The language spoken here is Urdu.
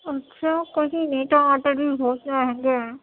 اچھا کوئی نہیں ٹماٹر بھی بہت مہنگے ہیں